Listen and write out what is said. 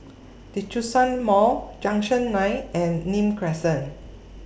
Djitsun Mall Junction nine and Nim Crescent